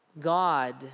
God